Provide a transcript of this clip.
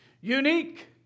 unique